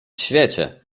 świecie